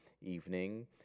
evening